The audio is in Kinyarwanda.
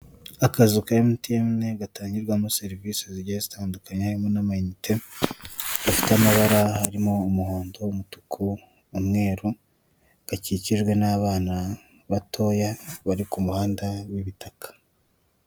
Akazu ka emutiyeni gatangirwamo serivise zigiye zitandukanye harimo n'amayinite gafite amabara harimo umuhondo, umutuku, umweru gakikijwe n'abana batoya bari ku muhanda w'ibitaka.